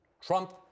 Trump